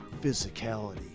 physicality